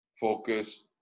focus